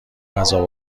غذا